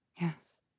Yes